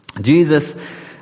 Jesus